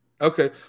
okay